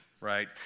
right